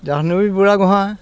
Jahnavi Burhagohain